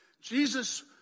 Jesus